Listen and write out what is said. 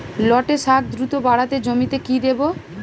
লটে শাখ দ্রুত বাড়াতে জমিতে কি দেবো?